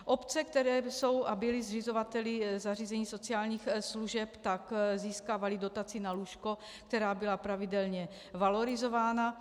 Obce, které jsou a byly zřizovateli zařízení sociálních služeb, tak získávaly dotaci na lůžko, která byla pravidelně valorizována.